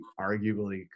arguably